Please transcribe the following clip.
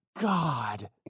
God